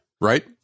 Right